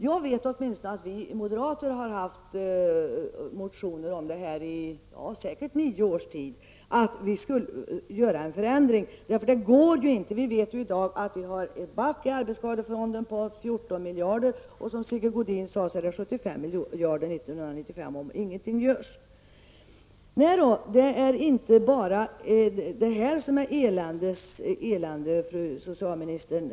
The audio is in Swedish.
Jag vet åtminstone att vi moderater har haft motioner i säkert nio års tid om att vi skall göra en förändring, för det går inte att fortsätta så här. Vi vet att vi i dag ligger back i arbetsskadeförsäkringen med 14 miljarder. Som Sigge Godin sade blir det 75 miljarder år 1995, om ingenting görs. Det är inte bara arbetsskadeförsäkringen som är eländes elände, fru socialminister!